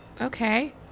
Okay